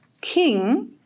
king